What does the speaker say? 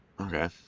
Okay